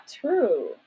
true